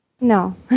No